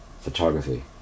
photography